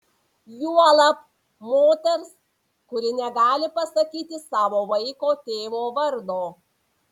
juolab moters kuri negali pasakyti savo vaiko tėvo vardo